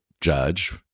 judge